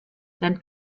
dann